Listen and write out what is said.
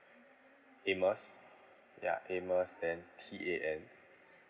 amos ya amos then T A N